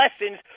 lessons